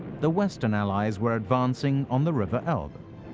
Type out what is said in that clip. the western allies were advancing on the river elbe.